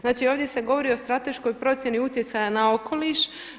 Znači, ovdje se govori o strateškoj procjeni utjecaja na okoliš.